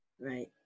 Right